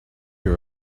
you